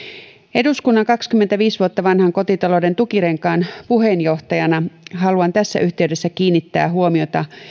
eduskunnan kaksikymmentäviisi vuotta vanhan kotitalouden tukirenkaan puheenjohtajana haluan tässä yhteydessä kiinnittää huomiota